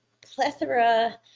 plethora